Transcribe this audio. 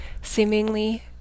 seemingly